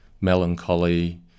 melancholy